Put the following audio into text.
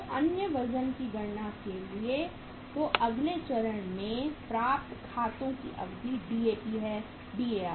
2 अन्य वजन की गणना के लिए तो अगले चरण में प्राप्त खातों की अवधि DAP है DAR